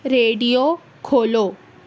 radio کھولو